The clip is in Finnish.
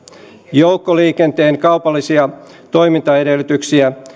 joukkoliikenteen kaupallisia toimintaedellytyksiä